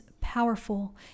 powerful